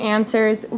Answers